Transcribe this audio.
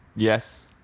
Yes